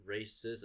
racism